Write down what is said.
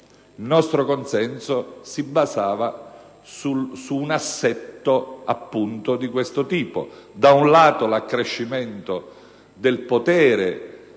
Il nostro consenso si basava su un assetto di questo tipo: da un lato, l'accrescimento non solo